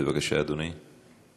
בבקשה, אדוני,